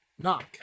Knock